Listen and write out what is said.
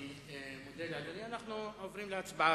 אנחנו עוברים להצבעה.